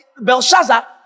Belshazzar